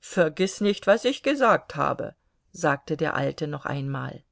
vergiß nicht was ich gesagt habe sagte der alte noch einmal